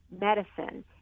medicine